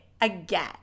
again